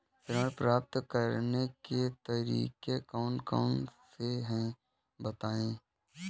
ऋण प्राप्त करने के तरीके कौन कौन से हैं बताएँ?